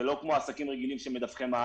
זה לא כמו עסקים רגילים שמדווחים מע"מ,